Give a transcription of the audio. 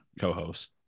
co-hosts